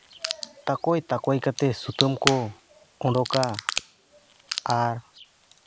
ᱛᱟᱠᱳᱭ ᱛᱟᱠᱳᱭ ᱠᱟᱛᱮ ᱥᱩᱛᱟᱹᱢ ᱠᱚ ᱩᱰᱳᱠᱟ ᱟᱨ